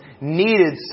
needed